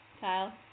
Kyle